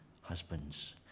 husbands